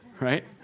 right